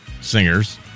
singers